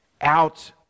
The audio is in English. out